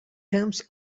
terms